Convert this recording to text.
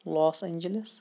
lose Angeles